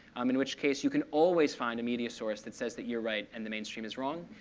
um in which case, you can always find a media source that says that you're right and the mainstream is wrong.